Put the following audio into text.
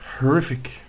horrific